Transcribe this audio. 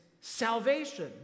salvation